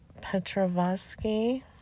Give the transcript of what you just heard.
Petrovsky